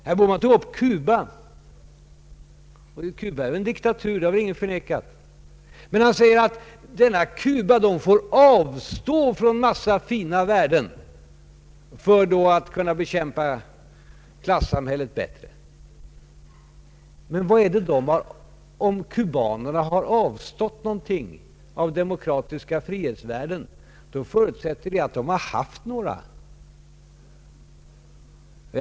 Herr Bohman tog upp Cuba. Ingen har förnekat att Cuba är en diktatur. Men herr Bohman säger att cubanerna får avstå från en massa fina värden för att bättre kunna bekämpa klassamhället. Men om cubanerna har avstått någonting av demokratiska frihetsvärden då förutsätter det att de har haft några sådana.